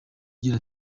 agira